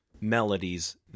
melodies